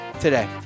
today